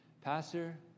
Pastor